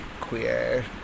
queer